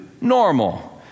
normal